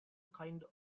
kind